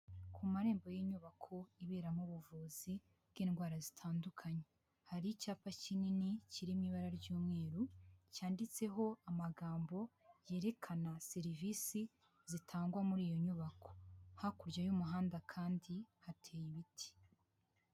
Ku marembo y'inyubako iberamo ubuvuzi bw'indwara zitandukanye, hari icyapa kinini kiri mu ibara ry'umweru, cyanditseho amagambo yerekana serivisi zitangwa muri iyo nyubako. Hakurya y'umuhanda kandi hateye ibiti.